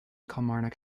kilmarnock